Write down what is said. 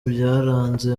byaranze